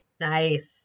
Nice